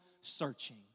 searching